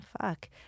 fuck